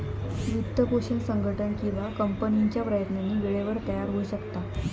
वित्तपोषण संघटन किंवा कंपनीच्या प्रयत्नांनी वेळेवर तयार होऊ शकता